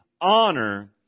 honor